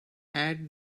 add